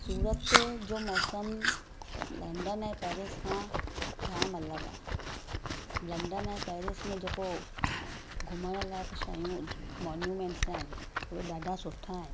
सूरत जो मौसम लंडन ऐं पैरिस खां जाम अलॻि आहे लंडन ऐं पैरिस में जेको घुमण लाइक़ शयूं इन मोन्यूमेंट्स आहिनि उहे ॾाढा सुठा आहिनि